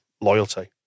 loyalty